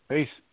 Peace